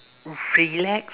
relax